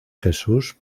jesús